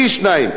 המון.